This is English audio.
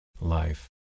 life